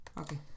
Okay